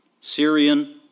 Syrian